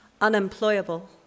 unemployable